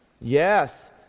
Yes